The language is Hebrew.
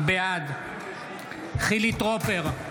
בעד חילי טרופר,